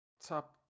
Top